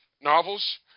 novels